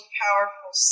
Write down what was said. powerful